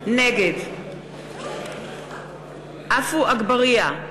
נגד עפו אגבאריה,